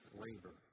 labor